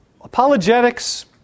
apologetics